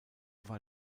war